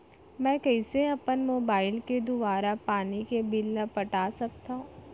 मैं कइसे अपन मोबाइल के दुवारा पानी के बिल ल पटा सकथव?